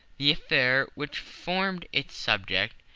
the affair which formed its subject,